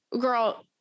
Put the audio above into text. girl